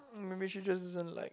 maybe she just doesn't like